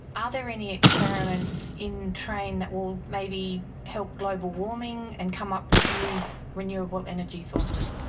ah there any experiments in train that will maybe help global warming and come up with new renewable energy sources?